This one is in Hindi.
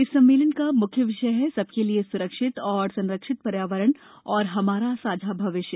इस सम्मेलन का मुख्य विषय है सबके लिए स्रक्षित और संरक्षित पर्यावरण और हमारा साझा भविष्य